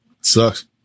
sucks